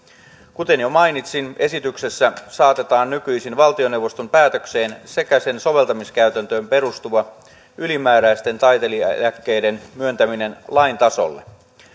kuten jo mainitsin esityksessä saatetaan nykyisin valtioneuvoston päätökseen sekä sen soveltamiskäytäntöön perustuva ylimääräisten taiteilijaeläkkeiden myöntäminen lain tasolle